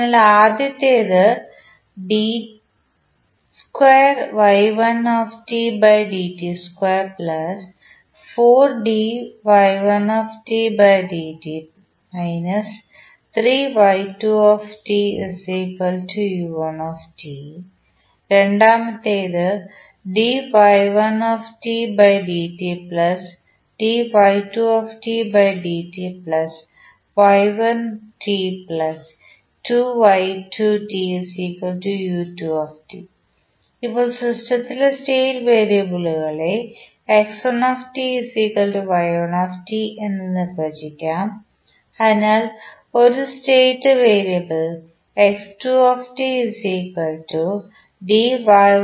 അതിനാൽ ആദ്യത്തേത് രണ്ടാമത്തേത് ഇപ്പോൾ സിസ്റ്റത്തിലെ സ്റ്റേറ്റ് വേരിയബിളുകളെ എന്ന് നിർവചിക്കാം അതിനാൽ അത് ഒരു സ്റ്റേറ്റ് വേരിയബിൾ